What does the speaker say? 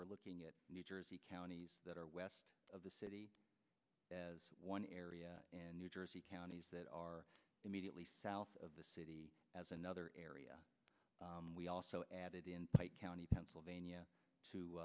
we're looking at new jersey counties that are west of the city as one area and jersey counties that are immediately south of the city as another area we also added in pike county pennsylvania to